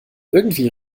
irgendwie